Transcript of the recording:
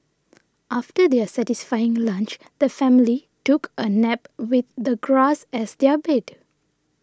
after their satisfying lunch the family took a nap with the grass as their bed